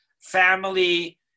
family